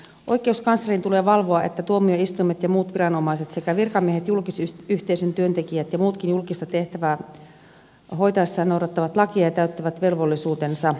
oikeuskanslerin tulee valvoa että tuomioistuimet ja muut viranomaiset sekä virkamiehet julkisyhteisön työntekijät ja muutkin julkista tehtävää hoitaessaan noudattavat lakia ja täyttävät velvollisuutensa